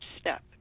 step